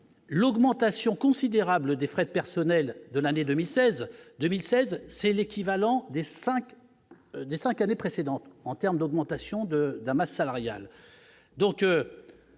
l'augmentation considérable des frais de personnel de l'année 2016, 2016, c'est l'équivalent des 5 des 5 années précédentes en terme d'augmentation de Damas salariale